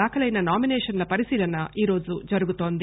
దాఖలైన నామినేషన్ల పరిశీలన ఈరోజు జరుగుతోంది